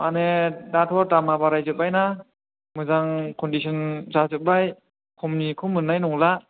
माने दाथ' दामा बारायजोब्बाय ना मोजां कन्दिसन जाजोब्बाय खमनिखौ मोन्नाय नंला